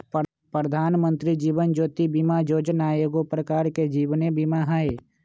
प्रधानमंत्री जीवन ज्योति बीमा जोजना एगो प्रकार के जीवन बीमें हइ